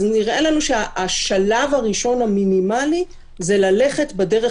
אז נראה לנו שהשלב הראשון המינימלי זה ללכת בדרך